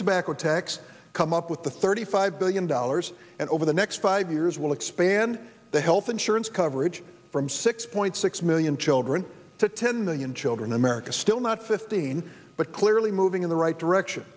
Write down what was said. tobacco tax come up with the thirty five billion dollars and over the next five years we'll expand the health insurance coverage from six point six million children to ten million children america still not fifteen but clearly moving in the right direction